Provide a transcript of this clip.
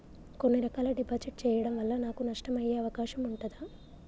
కొన్ని రకాల డిపాజిట్ చెయ్యడం వల్ల నాకు నష్టం అయ్యే అవకాశం ఉంటదా?